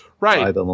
Right